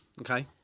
okay